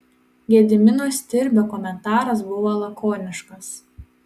gedimino stirbio komentaras buvo lakoniškas